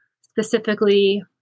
specifically –